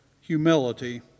humility